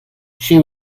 she